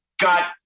got